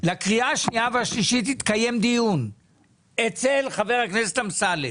הקריאה השנייה והשלישית יתקיים דיון אצל חבר הכנסת אמסלם